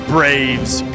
Braves